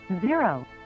zero